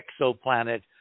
exoplanet